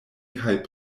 kaj